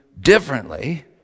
differently